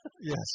Yes